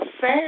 sad